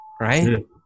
right